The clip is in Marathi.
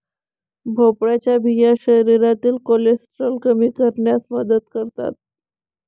भोपळ्याच्या बिया शरीरातील कोलेस्टेरॉल कमी करण्यास मदत करतात